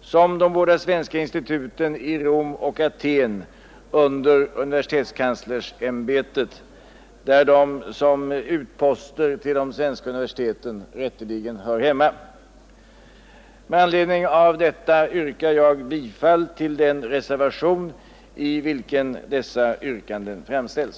som de båda svenska instituten i Rom och Aten under universitetskanslersämbetet, där de som utposter till de svenska universiteten rätteligen hör hemma. Med anledning av detta yrkar jag bifall till reservationen, i vilken dessa yrkanden framställs.